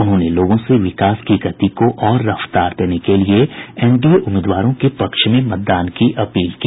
उन्होंने लोगों से विकास की गति को और रफ्तार देने के लिए एनडीए उम्मीदवारों के पक्ष में मतदान करने की अपील की